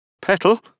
Petal